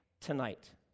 tonight